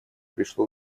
пришло